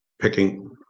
picking